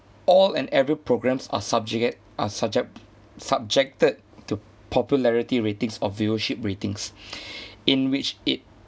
all and every programmes are subjugate are subject subjected to popularity ratings or viewership ratings in which it